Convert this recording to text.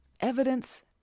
evidence